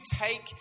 take